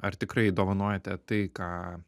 ar tikrai dovanojate tai ką